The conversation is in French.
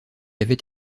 avait